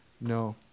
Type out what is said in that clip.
No